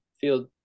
feel